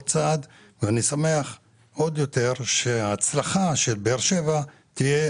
צעד ואני עוד יותר שמח שההצלחה של באר שבע תהיה